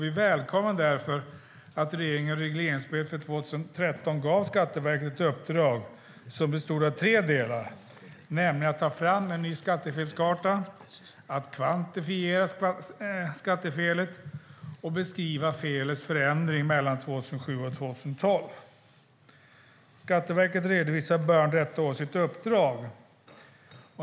Vi välkomnade därför att regeringen i regleringsbrevet för 2013 gav Skatteverket ett uppdrag som bestod av tre delar, nämligen att ta fram en ny skattefelskarta, att kvantifiera skattefelet och att beskriva felets förändring mellan 2007 och 2012. Skatteverket redovisade i början av detta år sitt uppdrag.